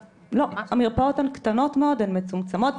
המרפאות הן קטנות מאוד והן מצומצמות.